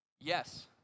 Yes